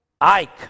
Ike